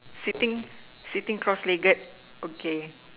sitting sitting cross legged okay